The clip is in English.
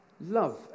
Love